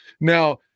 Now